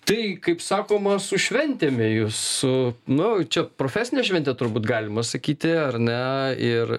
tai kaip sakoma su šventėme jus su nu čia profesinė šventė turbūt galima sakyti ar ne ir